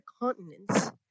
continents